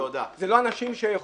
זה לא אנשים שיכולים.